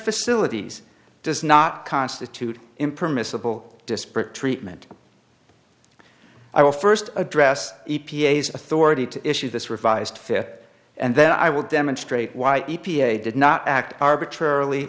facilities does not constitute impermissible disparate treatment i will first address e p a s authority to issue this revised fit and then i will demonstrate why e p a did not act arbitrarily